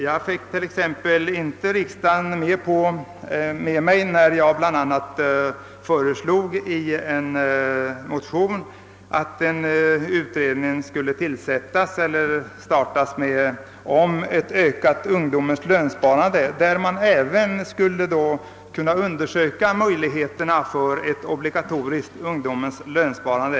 Jag fick t.ex. inte riksdagens bifall till ett av mig motionsvägen framfört förslag om tillsättande av en utredning om ett ökat ungdomens lönsparande, varvid även skulle kunna undersökas möjligheterna för ett obligatoriskt ungdomens lönsparande.